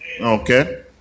Okay